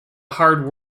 hard